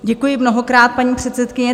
Děkuji mnohokrát, paní předsedkyně.